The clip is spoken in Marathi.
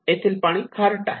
तेथील पाणी खारट आहे